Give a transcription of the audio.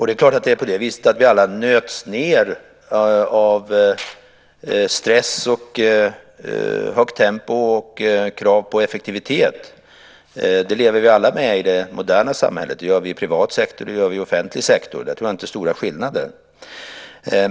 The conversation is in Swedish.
Det är klart att vi alla nöts ned av stress, högt tempo och krav på effektivitet. Det lever vi alla med i det moderna samhället. Det gör vi i privat sektor, och det gör vi i offentlig sektor. Där tror jag inte att det finns några stora skillnader.